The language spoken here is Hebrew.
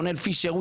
רונאל פישר,